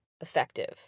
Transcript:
effective